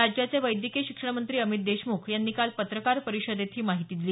राज्याचे वैद्यकीय शिक्षण मंत्री अमित देशमुख यांनी काल पत्रकार परिषदेत ही माहिती दिली